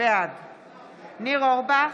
בעד ניר אורבך,